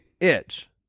itch